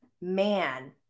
man